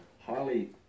highly